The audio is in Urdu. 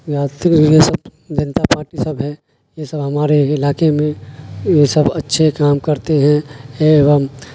یہ سب جنتا پارٹی سب ہے یہ سب ہمارے علاقے میں یہ سب اچھے کام کرتے ہیں ایوم